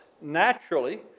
naturally